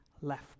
left